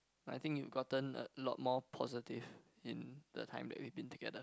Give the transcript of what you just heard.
I think you've gotten a lot more positive in the time that we've been together